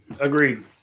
Agreed